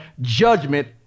judgment